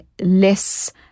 less